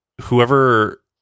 whoever